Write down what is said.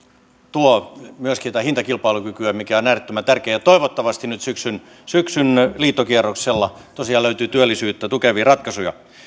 tuo myöskin tätä hintakilpailukykyä mikä on äärettömän tärkeää ja toivottavasti nyt syksyn syksyn liittokierroksella tosiaan löytyy työllisyyttä tukevia ratkaisuja